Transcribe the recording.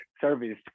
service